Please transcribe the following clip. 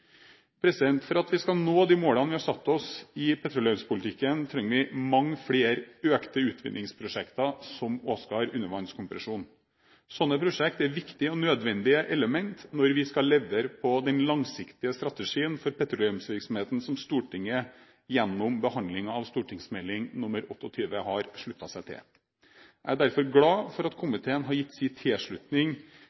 For at vi skal nå de målene vi har satt oss i petroleumspolitikken, trenger vi mange flere økte utvinningsprosjekter som Åsgard undervannskompresjon. Slike prosjekter er viktige og nødvendige elementer når vi skal levere på den langsiktige strategien for petroleumsvirksomheten som Stortinget gjennom behandlingen av Meld. St. 28 har sluttet seg til. Jeg er derfor glad for at